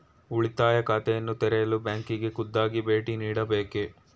ಉಳಿತಾಯ ಖಾತೆಯನ್ನು ತೆರೆಯಲು ಬ್ಯಾಂಕಿಗೆ ಖುದ್ದಾಗಿ ಭೇಟಿ ನೀಡಬೇಕೇ?